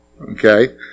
Okay